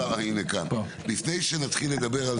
לפני שנתחיל לדבר על